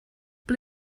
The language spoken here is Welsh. ble